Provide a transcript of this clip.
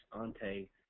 ante